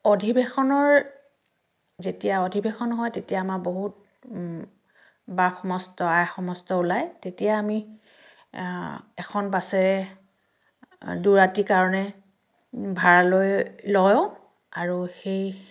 অধিবেশনৰ যেতিয়া অধিবেশন হয় তেতিয়া আমাৰ বহুত বাপসমস্ত আইসমস্ত ওলায় তেতিয়া আমি এখন বাছেৰে দুৰাতিৰ কাৰণে ভাড়ালৈ লওঁ আৰু সেই